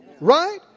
Right